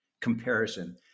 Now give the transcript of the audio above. comparison